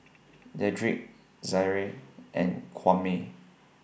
Dedric Zaire and Kwame